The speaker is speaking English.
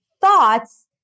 thoughts